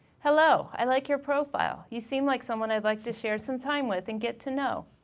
hello, i like your profile. you seem like someone i'd like to share some time with and get to know.